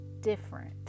different